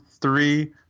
three